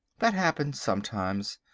that happens sometimes.